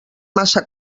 massa